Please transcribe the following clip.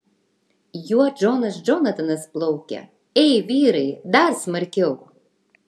juo džonas džonatanas plaukia ei vyrai dar smarkiau